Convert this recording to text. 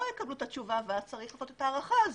יקבלו את התשובה ואז צריך את ההארכה הזאת.